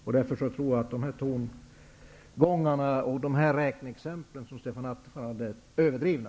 Jag tror att Stefan Attefalls tongångar och räkneexempel är något överdrivna.